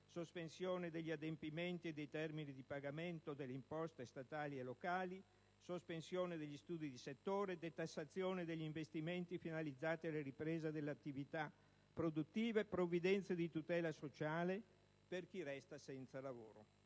sospensione degli adempimenti e dei termini di pagamento delle imposte statali e locali; sospensione degli studi di settore; detassazione degli investimenti finalizzati alla ripresa dell'attività produttiva; provvidenze di tutela sociale per chi resta senza lavoro.